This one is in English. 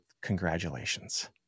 congratulations